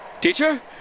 Teacher